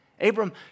Abram